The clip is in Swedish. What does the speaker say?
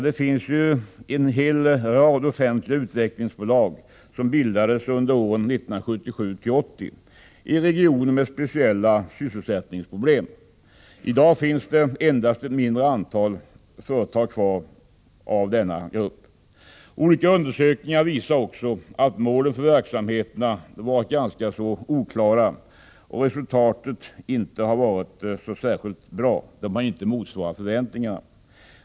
Det finns en hel rad offentligägda utvecklingsbolag, som bildades under åren 1977-1980 i regioner med speciella sysselsättningsproblem. I dag finns endast ett mindre antal företag av denna grupp kvar. Olika undersökningar visar också att målen för verksamheterna varit ganska oklara och att resultaten inte ens har motsvarat förväntningarna.